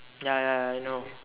ya ya ya I know